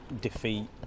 defeat